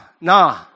nah